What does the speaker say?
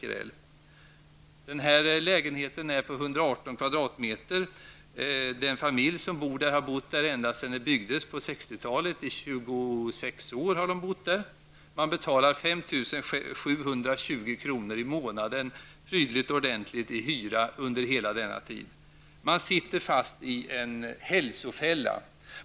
Lägenheten är på 118 m2, och familjen har bott i lägenheten i 26 år, dvs. ända sedan husets bygdes. Man betalar 5 720 kr. i hyra per månad. Hyran har man snyggt och prydligt betalat under hela tiden. Denna familj sitter fast i en hälsofälla.